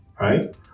Right